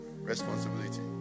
Responsibility